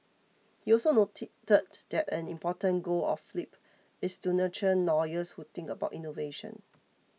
he also noted that that an important goal of Flip is to nurture lawyers who think about innovation